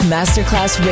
Masterclass